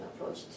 approach